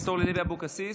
אורלי לוי אבקסיס,